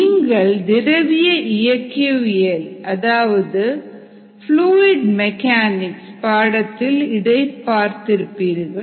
நீங்கள் திரவிய இயக்கவியல் அதாவது ப்ளூஇட் மெக்கானிக்ஸ் பாடத்தில் இதை படித்திருப்பீர்கள்